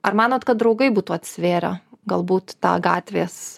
ar manot kad draugai būtų atsivėrę galbūt tą gatvės